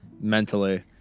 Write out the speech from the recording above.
mentally